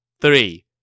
three